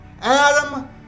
Adam